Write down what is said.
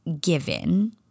given